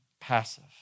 passive